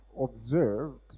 observed